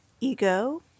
ego